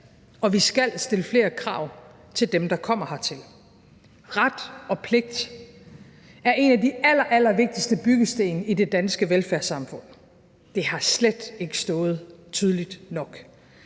og vi skal stille flere krav til dem, der kommer hertil. Kl. 09:27 Ret og pligt er en af de allerallervigtigste byggesten i det danske velfærdssamfund, men det har slet ikke stået tydeligt nok.